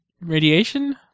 Radiation